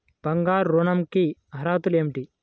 బంగారు ఋణం కి అర్హతలు ఏమిటీ?